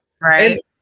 Right